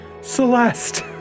Celeste